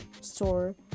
store